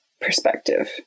Perspective